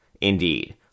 indeed